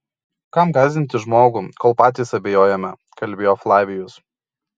kam gąsdinti žmogų kol patys abejojame kalbėjo flavijus